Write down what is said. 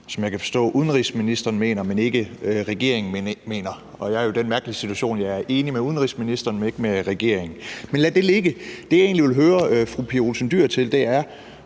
som jeg kan forstå udenrigsministeren mener der skal være, men som regeringen ikke mener. Og jeg er jo i den mærkelige situation, at jeg er enig med udenrigsministeren, men ikke med regeringen. Men lad det ligge. Det, jeg egentlig vil høre fru Pia Olsen Dyhr om, er,